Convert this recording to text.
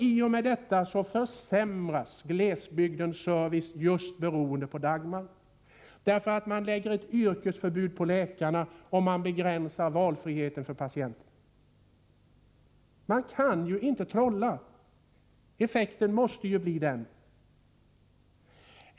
I och med detta försämras glesbygdens service just beroende på Dagmaröverenskommelsen. Man lägger ett yrkesförbud på läkarna och man begränsar valfriheten för patienterna. Man kan ju inte trolla. Effekten måste bli denna.